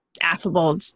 affable